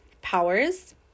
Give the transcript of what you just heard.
powers